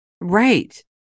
Right